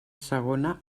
segona